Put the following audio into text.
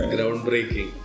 Groundbreaking